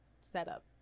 setup